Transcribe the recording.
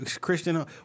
Christian